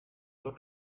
will